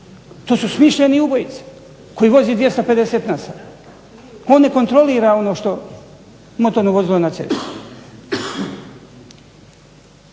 To su smišljeni ubojice koji voze 250/sat. On ne kontrolira motorno vozilo na cesti.